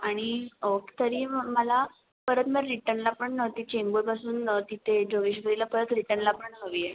आणि तरी मग मला परत मग रिटनला पण ना ती चेंबुरपासून तिथे जोगेश्वरीला परत रिटनला पण हवी आहे